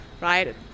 right